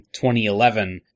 2011